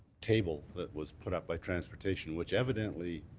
table that was put up by transportation, which evidently,